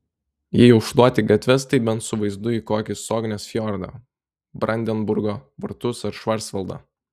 jei jau šluoti gatves tai bent su vaizdu į kokį sognės fjordą brandenburgo vartus ar švarcvaldą